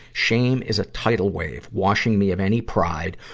shame is a tidal wave, washing me of any pride,